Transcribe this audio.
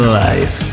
life